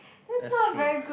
that's true